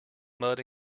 mud